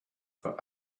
for